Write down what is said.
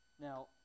Now